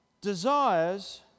desires